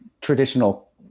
traditional